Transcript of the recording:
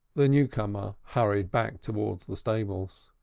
the newcomer hurried back towards the stables.